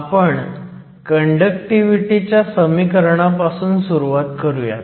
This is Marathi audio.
आपण कंडक्टिव्हिटी च्या समिकरणापासून सुरुवात करूयात